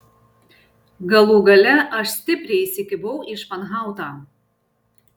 galų gale aš stipriai įsikibau į španhautą